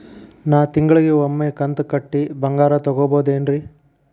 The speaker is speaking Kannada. ನಾ ತಿಂಗಳಿಗ ಒಮ್ಮೆ ಕಂತ ಕಟ್ಟಿ ಬಂಗಾರ ತಗೋಬಹುದೇನ್ರಿ?